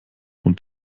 und